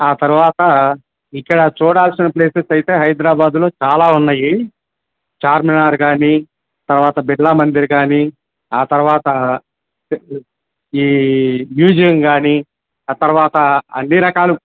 ఆ తరువాత ఇక్కడ చూడాల్సిన ప్లేసెస్ అయితే హైదరాబాదులో చాలా ఉన్నాయి చార్మినార్ కానీ తరువాత బిర్లా మందిర్ కానీ ఆ తరువాత ఈ మ్యూజియం కానీ ఆ తరువాత అన్నీ రకాలు